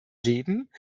leben